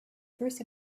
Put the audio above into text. first